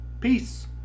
peace